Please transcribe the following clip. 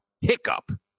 hiccup